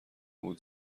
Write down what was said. بود